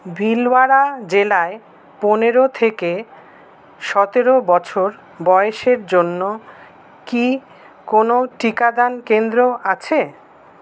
ভিলওয়ারা জেলায় পনেরো থেকে সতেরো বছর বয়েসের জন্য কি কোনও টিকাদান কেন্দ্র আছে